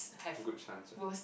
good chance right